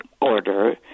order